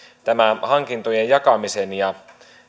tämä hankintojen jakamisen ja